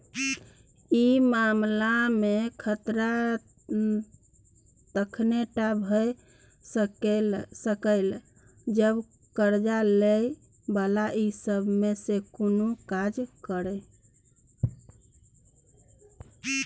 ई मामला में खतरा तखने टा भेय सकेए जब कर्जा लै बला ई सब में से कुनु काज करे